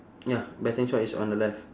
ya betting shop is on the left